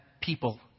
people